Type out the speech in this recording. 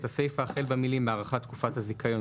הסיפה החל במילים "הארכת תקופת הזיכיון"